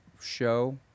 show